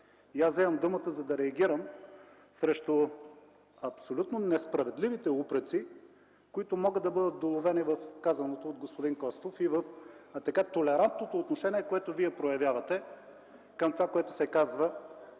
Аз вземам думата, за да реагирам срещу абсолютно несправедливите упреци, които могат да бъдат доловени в казаното от господин Костов, и в толерантното отношение, което Вие проявявате към това, което се каза